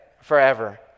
forever